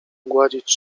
gładzić